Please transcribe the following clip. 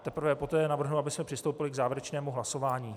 Teprve poté navrhnu, abychom přistoupili k závěrečnému hlasování.